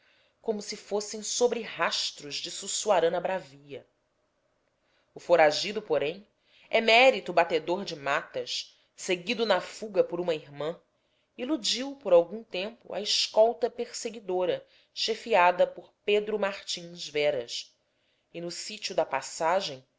como se fossem sobre rastros de suçuarana bravia o foragido porém emérito batedor de matas seguido na fuga por uma irmã iludiu por algum tempo a escolta perseguidora chefiada por pedro martins veras e no sítio da passagem